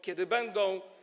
Kiedy będą?